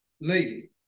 lady